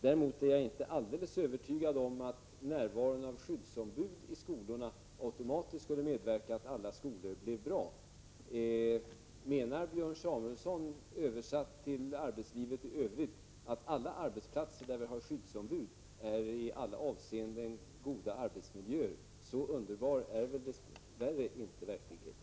Däremot är jag inte alldeles övertygad om att närvaron av skyddsombud i skolorna automatiskt skulle innebära att skolorna blev bra. Menar Björn Samuelson — översatt till arbetslivet i övrigt — att man vid alla arbetsplatser där det finns skyddsombud i alla avseenden har goda arbetsmiljöer? Så underbar är dess värre inte verkligheten.